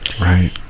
Right